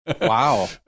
Wow